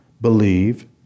believe